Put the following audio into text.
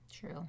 True